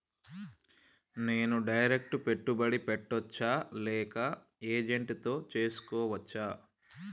నేను డైరెక్ట్ పెట్టుబడి పెట్టచ్చా లేక ఏజెంట్ తో చేస్కోవచ్చా?